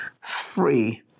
free